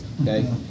okay